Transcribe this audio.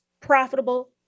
profitable